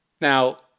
Now